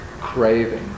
craving